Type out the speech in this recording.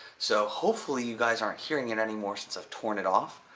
so hopefully you guys aren't hearing it anymore since i've torn it off.